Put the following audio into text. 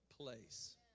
place